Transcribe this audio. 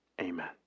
Amen